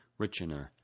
Richener